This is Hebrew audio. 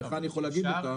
לך אני יכול להגיד אותם.